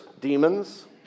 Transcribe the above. demons